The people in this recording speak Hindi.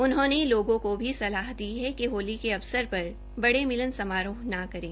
उन्होंने लोगों को भी सलाह दी कि होली के अवसर पर बड़े मिलन समारोह न करें